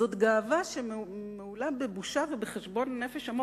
אז זאת גאווה שמהולה בבושה ובחשבון נפש עמוק.